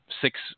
six